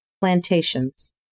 plantations